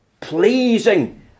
pleasing